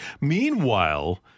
Meanwhile